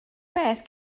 bethau